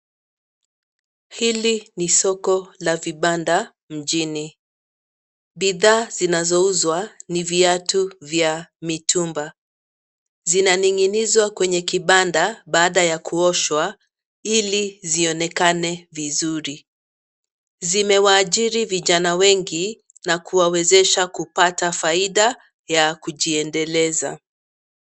Hili ni soko la vibanda mjini. Bidhaa zinazouzwa ni viatu vya mitumba. Zinaning'inizwa kwenye kibanda baada ya kuoshwa, ili zionekane vizuri. Zimewaajiri vijana wengi na kuwawezesha kupata faida ya kujiendeleza.